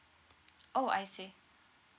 orh I see